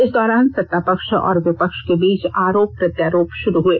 इस दौरान सत्ता पक्ष और विपक्ष के बीच आरोप प्रत्यारोप हुए